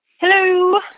Hello